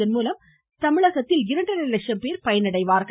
இதன் மூலம் தமிழகத்தில் சுமார் இரண்டரை லட்சம் பேர் பயனடைவார்கள்